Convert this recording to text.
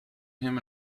him